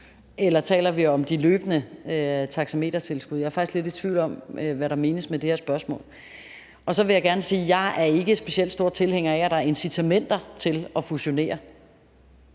Eller taler vi om de løbende taxametertilskud? Jeg er faktisk lidt i tvivl om, hvad der menes med det her spørgsmål. Så vil jeg gerne sige, at jeg ikke er specielt stor tilhænger af, at der er incitamenter til at fusionere.